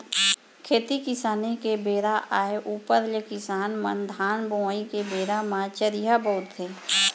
खेती किसानी के बेरा आय ऊपर ले किसान मन धान बोवई के बेरा म चरिहा बउरथे